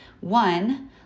one